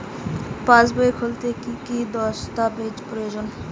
পাসবই খুলতে কি কি দস্তাবেজ প্রয়োজন?